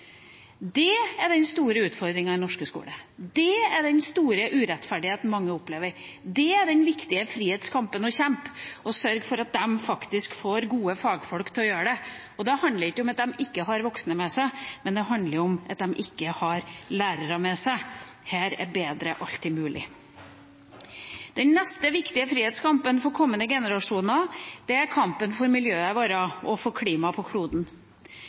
Det er den store utfordringen i den norske skolen, det er den store urettferdigheten mange opplever, det er den viktige frihetskampen å kjempe – å sørge for at vi får gode fagfolk til å gjøre det. Da handler det ikke om at de ikke har voksne med seg, men det handler om at de ikke har lærere med seg. Her er bedre alltid mulig. Den neste viktige frihetskampen for kommende generasjoner er kampen for miljøet vårt og klimaet på kloden.